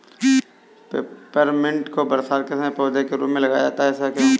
Peppermint को बरसात के समय पौधे के रूप में लगाया जाता है ऐसा क्यो?